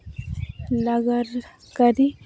ᱞᱟᱜᱟᱱ ᱠᱟᱹᱨᱤ